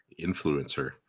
influencer